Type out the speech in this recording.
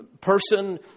person